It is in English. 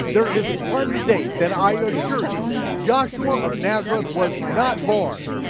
there is one date that i assure you, yahshua of nazareth was not born,